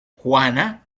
juana